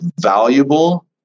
valuable